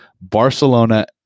Barcelona